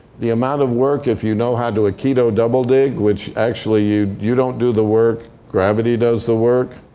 the amount of work, if you know how to aikido double dig which actually, you you don't do the work. gravity does the work.